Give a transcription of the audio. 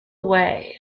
way